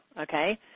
okay